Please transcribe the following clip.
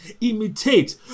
imitate